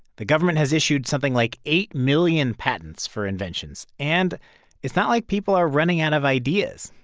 the government has issued something like eight million patents for inventions. and it's not like people are running out of ideas,